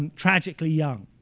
tragically young.